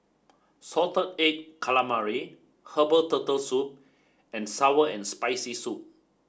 Salted Egg Calamari Herbal Turtle Soup and sour and spicy soup